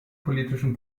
politischen